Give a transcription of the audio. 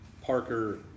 Parker